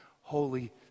Holy